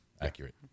accurate